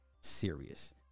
serious